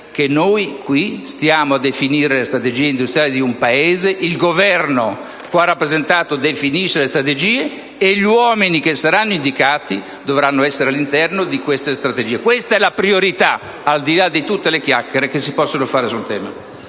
qui per definire le strategie industriali di un Paese, che il Governo - qui rappresentato - le definisce e che gli uomini che saranno indicati dovranno essere all'interno di queste strategie. Questa è la priorità, al di là delle chiacchiere che si possono fare sul tema.